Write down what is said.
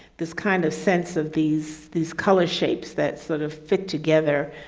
this kind of sense of these these color shapes that sort of fit together.